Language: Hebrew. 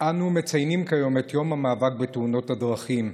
אנו מציינים היום את יום המאבק בתאונות הדרכים.